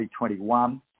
2021